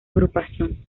agrupación